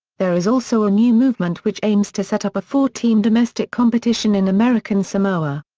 there is also a new movement which aims to set up a four team domestic competition in american samoa.